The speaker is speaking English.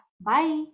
Bye